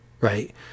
right